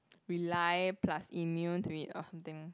rely plus immune to it or something